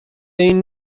این